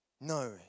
No